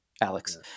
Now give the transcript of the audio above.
Alex